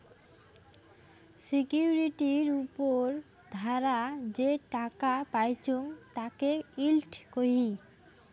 সিকিউরিটির উপর ধারা যে টাকা পাইচুঙ তাকে ইল্ড কহি